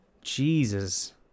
Jesus